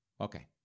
Okay